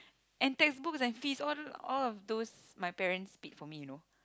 and textbooks and fees all all of those my parents paid for me you know